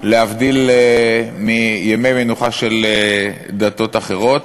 להבדיל מימי מנוחה של דתות אחרות,